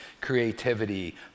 creativity